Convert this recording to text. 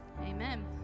amen